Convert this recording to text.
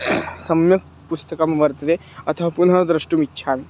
सम्यक् पुस्तकं वर्तते अतः पुनः द्रष्टुम् इच्छामि